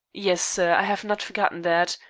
yes, sir. i have not forgotten that.